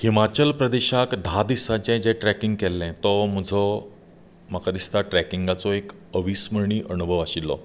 हिमाचल प्रदेशांत धा दिसांचे जे ट्रेकिंग केल्ले तो म्हजो म्हाका दिसता ट्रेकिंगाचो एक अविस्मरणीय अणभव आशिल्लो